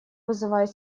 вызывают